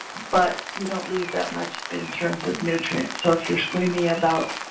but you don't lose that much in terms of nutrients. so if you're squeamy about